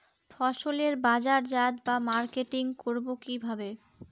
ফসলের বাজারজাত বা মার্কেটিং করব কিভাবে?